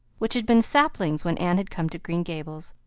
which had been saplings when anne had come to green gables,